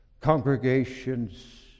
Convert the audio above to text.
congregations